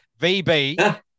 VB